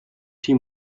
team